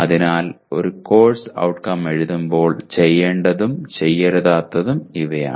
അതിനാൽ ഒരു course outcome എഴുതുമ്പോൾ ചെയ്യേണ്ടതും ചെയ്യരുതാത്തതും ഇവയാണ്